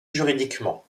juridiquement